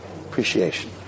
Appreciation